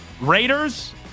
Raiders